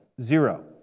Zero